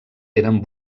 eren